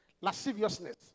lasciviousness